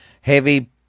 heavy